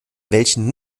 welchen